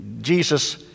Jesus